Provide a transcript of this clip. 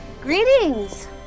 Greetings